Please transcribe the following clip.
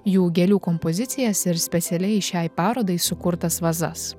jų gėlių kompozicijas ir specialiai šiai parodai sukurtas vazas